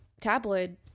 tabloid